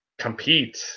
compete